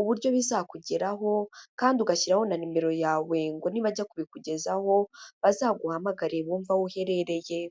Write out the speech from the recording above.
uburyo bizakugeraho kandi ugashyiraho na nimero yawe ngo nibajya kubikugezaho, bazaguhamagare bumve aho uherereye.